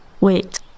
wait